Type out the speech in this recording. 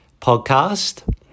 podcast